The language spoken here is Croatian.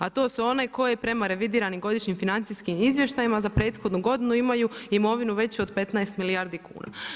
A to su one koje prema revidiranim godišnjim financijskim izvještajima za prethodnu godinu imaju imovinu veću od 15 milijardi kuna.